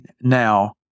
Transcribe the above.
now